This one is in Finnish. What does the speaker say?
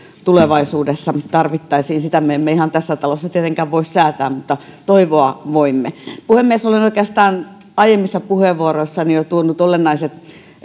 tulevaisuudessa tarvittaisi sitä me emme ihan tässä talossa tietenkään voi säätää mutta toivoa voimme puhemies olen oikeastaan jo aiemmissa puheenvuoroissani tuonut olennaiset